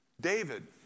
David